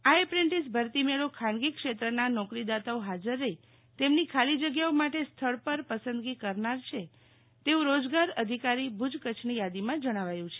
આ એપ્રેન્ટીસ ભરતી મેળો ખાનગી ક્ષેત્રના નોકરી દાતાઓ હાજર રફી તેમની ખાલી જગ્યાઓ માટે સ્થળ પર પસંદગી કરના છે તેવુ રોજગાર અધિકારી ભુજ કચ્છની યાદીમાં જણાવાયુ છે